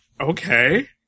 okay